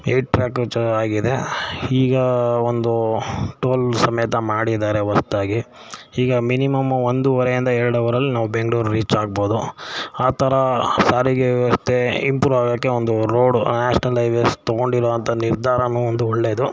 eight track ಚ ಆಗಿದೆ ಈಗ ಒಂದು ಟೋಲ್ ಸಮೇತ ಮಾಡಿದ್ದಾರೆ ಹೊಸ್ದಾಗಿ ಈಗ ಮಿನಿಮಮ್ ಒಂದುವರೆಯಿಂದ ಎರಡು ಅವರಲ್ಲಿ ನಾವು ಬೆಂಗಳೂರು ರೀಚ್ ಆಗ್ಬೋದು ಆ ಥರ ಸಾರಿಗೆ ವ್ಯವಸ್ಥೆ ಇಂಪ್ರೂವ್ ಆಗೋಕ್ಕೆ ಒಂದು ರೋಡು ನ್ಯಾಷ್ನಲ್ ಐವೇಸ್ ತೊಗೊಂಡಿರುವಂಥ ನಿರ್ಧಾರವೂ ಒಂದು ಒಳ್ಳೆಯದು